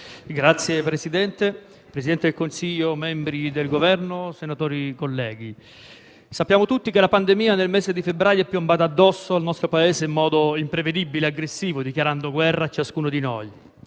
Signor Presidente, signor Presidente del Consiglio, membri del Governo, colleghi senatori, sappiamo tutti che la pandemia nel mese di febbraio è piombata addosso al nostro Paese in modo imprevedibile e aggressivo, dichiarando guerra a ciascuno di noi.